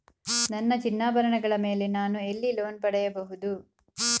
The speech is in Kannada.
ನನ್ನ ಚಿನ್ನಾಭರಣಗಳ ಮೇಲೆ ನಾನು ಎಲ್ಲಿ ಲೋನ್ ಪಡೆಯಬಹುದು?